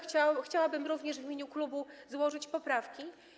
Chciałabym również w imieniu klubu złożyć poprawki.